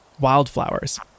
wildflowers